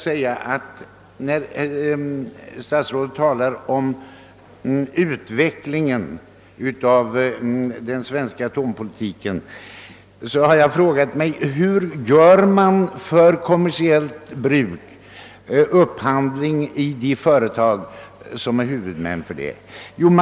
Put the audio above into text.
När statsrådet talade om utvecklingen av den svenska atompolitiken frågade jag mig: Hur gör man för kommersiellt bruk upphandling i de företag som är huvudmän för denna politik?